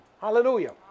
Hallelujah